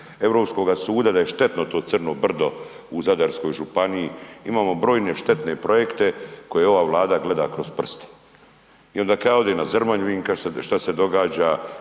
europskoga suda da je štetno to Crno brdo u Zadarskoj županiji, imamo brojne štetne projekte koje ova Vlada gleda kroz prste. I onda kad je odem na Zrmanju, vidim šta se događa